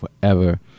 forever